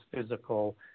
physical